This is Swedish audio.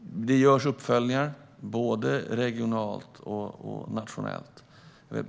Det görs uppföljningar både regionalt och nationellt.